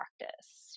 practice